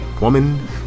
woman